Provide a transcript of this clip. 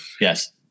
Yes